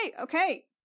okay